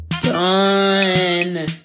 done